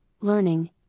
learning